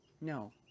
No